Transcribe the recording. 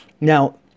Now